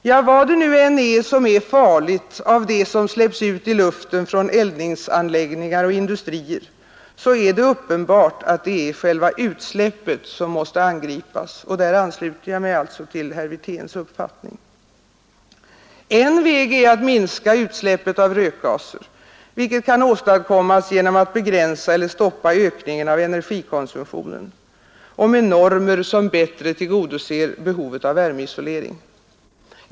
Ja, vad det nu än är som är farligt av det som släpps ut i luften från eldningsanläggningar och industrier, så är det uppenbart att det är själva utsläppet som måste angripas. Därvidlag ansluter jag mig alltså till herr Wirténs uppfattning. En väg är att minska utsläppet av rökgaser, vilket kan åstadkommas genom att begränsa eller stoppa ökningen av energikonsumtionen och använda normer som bättre tillgodoser behovet av värmeisolering.